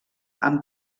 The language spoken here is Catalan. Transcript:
amb